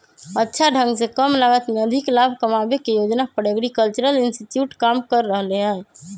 अच्छा ढंग से कम लागत में अधिक लाभ कमावे के योजना पर एग्रीकल्चरल इंस्टीट्यूट काम कर रहले है